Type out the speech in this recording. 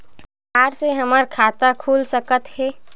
आधार से हमर खाता खुल सकत हे?